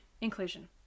inclusion